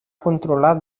controlar